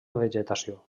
vegetació